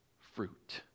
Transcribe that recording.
fruit